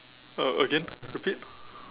uh again repeat